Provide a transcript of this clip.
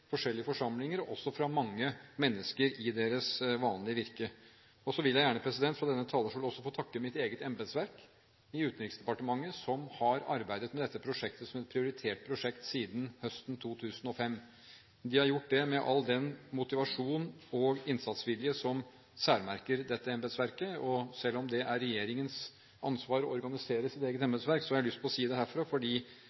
forskjellige forsamlinger og også fra mange mennesker i deres vanlige virke. Så vil jeg gjerne, fra denne talerstolen, også få takke mitt eget embetsverk, de i Utenriksdepartementet som har arbeidet med dette prosjektet som et prioritert prosjekt siden høsten 2005. De har gjort det med all den motivasjon og innsatsvilje som særmerker dette embetsverket. Selv om det er regjeringens ansvar å organisere sitt eget